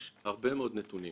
יש הרבה מאוד נתונים